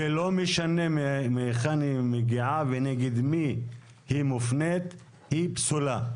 ולא משנה מהיכן היא מגיעה ונגד מי היא מופנית היא פסולה.